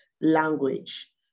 language